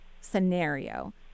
scenario